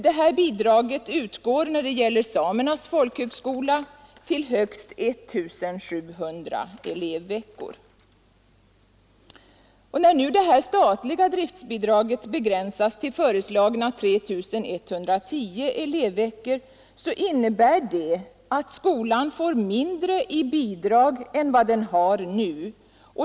Detta bidrag utgår när det gäller Samernas folkhögskola till högst 1 700 elevveckor. När nu det statliga driftbidraget begränsas till föreslagna 3 110 elevveckor, innebär det att skolan får mindre i bidrag än vad den har nu.